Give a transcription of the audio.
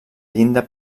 llinda